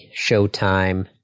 Showtime